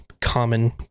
common